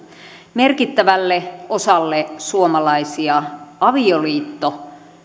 merkittävälle osalle suomalaisia avioliitto